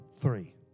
Three